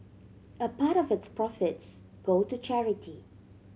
a part of its profits go to charity